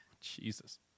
Jesus